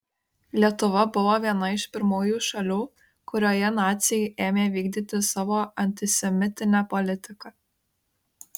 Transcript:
lietuva buvo viena iš pirmųjų šalių kurioje naciai ėmė vykdyti savo antisemitinę politiką